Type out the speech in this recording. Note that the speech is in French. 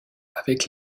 avec